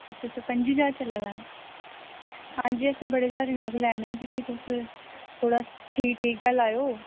अच्छा अच्छा पंजी ज्हार चला दा ऐ हांजी असें बड़े सारे नग लैने न ते तुस फ्ही थोह्ड़ा ठीक ठीक गै लायो